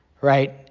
right